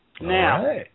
Now